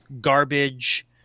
garbage